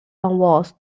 onwards